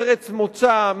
ארץ מוצא,